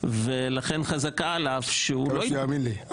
ולכן חזקה עליו שהוא --- אני מקווה שהוא יאמין לי.